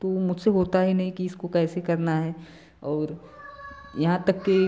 तो मुझसे होता ही नहीं कि इसको कैसे करना है और यहाँ तक कि